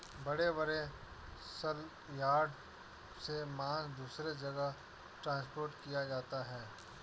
बड़े बड़े सलयार्ड से मांस दूसरे जगह ट्रांसपोर्ट किया जाता है